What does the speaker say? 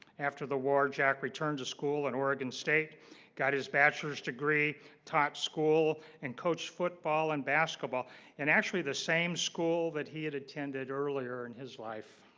after the war jack returns a school in oregon state got his bachelor's degree taught school and coached football and basketball and actually the same school that he had attended earlier in his life